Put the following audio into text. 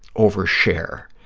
over-share.